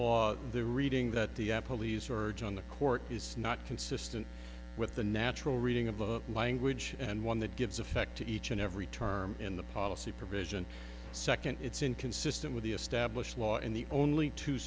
law the reading that the police are urging on the court is not consistent with the natural reading of the language and one that gives effect to each and every term in the policy provision second it's inconsistent with the established law and the only two